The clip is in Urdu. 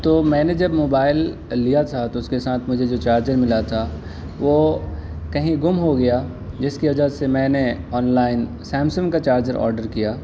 تو میں نے جب موبائل لیا تھا تو اس کے ساتھ مجھے جو چارجر ملا تھا وہ کہیں گم ہو گیا جس کی وجہ سے میں نے آن لائن سیمسنگ کا چارجر آڈر کیا